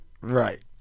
right